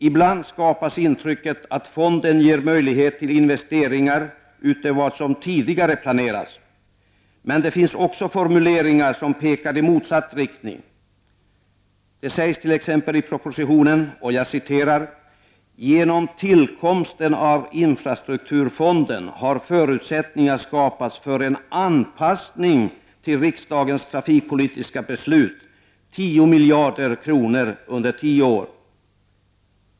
Ibland skapas intrycket av att fonden ger möjligheter till investeringar utöver vad som tidigare planerats. Det finns emellertid också formuleringar som pekar i motsatt riktning. Det sägs t.ex. i propositionen att ”genom tillkomsten av infrastrukturfonden har förutsättningar skapats för en anpassning till riksdagens trafikpolitiska beslut, 10 miljarder kronor under tio år”.